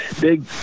big